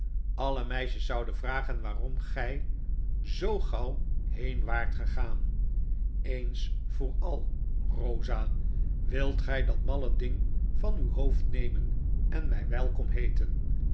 de meisjes zouden vragen waarom gij zoo gauw heen waart gegaan eens voor al rosa wilt gy dat malle ding van uw hoofd neraen en my welkom heeten